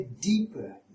deeper